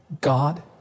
God